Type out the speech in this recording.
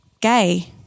gay